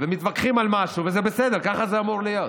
ומתווכחים על משהו וזה בסדר, ככה זה אמור להיות,